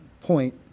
point